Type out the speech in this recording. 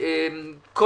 הרשימה אושרה.